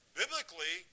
biblically